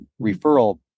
referral